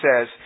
says